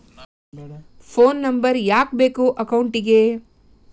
Phone number ಯಾಕೆ ಬೇಕು ಅಕೌಂಟಿಗೆ?